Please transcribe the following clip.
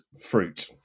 fruit